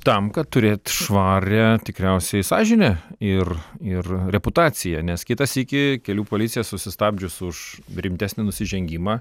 tam kad turėt švarią tikriausiai sąžinę ir ir reputaciją nes kitą sykį kelių policija susistabdžius už rimtesnį nusižengimą